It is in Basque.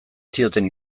zioten